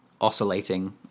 oscillating